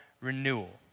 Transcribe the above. renewal